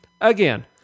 Again